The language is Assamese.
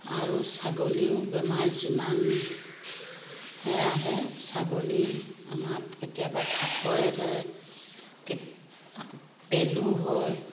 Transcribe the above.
আৰু ছাগলীও বেমাৰ যিমান হে আহে ছাগলী আমাৰ কেতিয়াবা ফাপৰে ধৰে পেলু হয়